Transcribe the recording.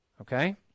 okay